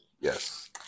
Yes